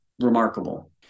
remarkable